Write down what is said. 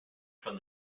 from